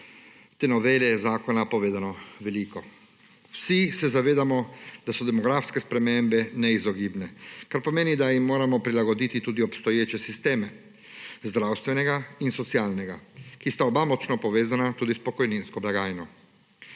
te novele zakona povedano veliko. Vsi se zavedamo, da so demografske spremembe neizogibne, kar pomeni, da jim moramo prilagoditi tudi obstoječe sisteme, zdravstvenega in socialnega, ki sta oba močno povezana tudi s pokojninsko blagajno.